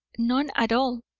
none at all,